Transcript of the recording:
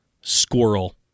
squirrel